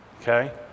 okay